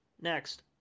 next